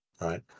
right